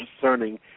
discerning